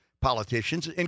politicians